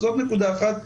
אז זאת נקודת אחת,